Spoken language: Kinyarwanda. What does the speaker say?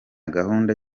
gahunda